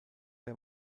der